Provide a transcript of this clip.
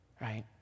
right